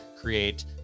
create